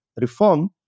reform